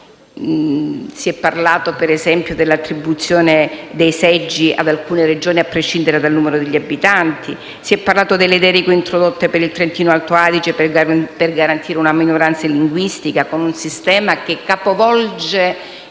Si è parlato ad esempio dell'attribuzione dei seggi ad alcune Regioni a prescindere dal numero degli abitanti; delle deroghe introdotte per il Trentino-Alto Adige per garantire una minoranza linguistica, con un sistema che prevede